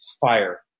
fire